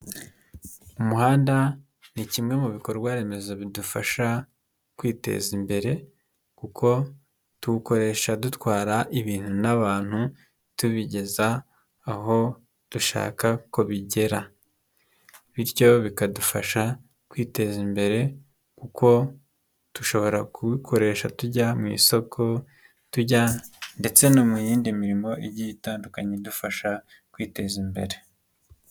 Umuhanda ni kimwe mu bikorwa remezo bidufasha kwiteza imbere, kuko tuwukoresha dutwara ibintu n'abantu tubigeza aho dushaka ko bigera, bityo bikadufasha kwiteza imbere kuko dushobora kubikoresha tujya mu isoko, tujya ndetse no mu yindi mirimo igiye itandukanye idufasha kwiteza imbere.